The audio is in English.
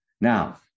Now